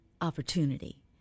opportunity